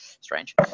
strange